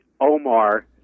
Omar